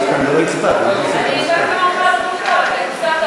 היית כאן ולא הצבעת, למה שאני אוסיף אותך להצבעה?